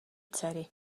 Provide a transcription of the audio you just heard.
dcery